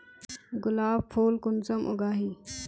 गुलाब फुल कुंसम उगाही?